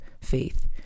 faith